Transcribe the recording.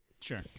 Sure